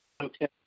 Okay